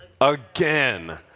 Again